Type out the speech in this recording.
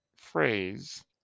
phrase